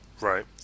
Right